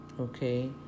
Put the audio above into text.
okay